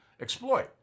exploit